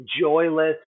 joyless